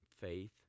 faith